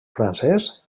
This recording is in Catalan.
francès